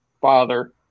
father